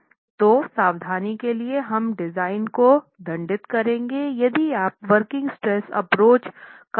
तो सावधानी के लिए हम डिज़ाइन को दंडित करेंगे यदि आप वर्किंग स्ट्रेस एप्रोच का आवेदन करते हैं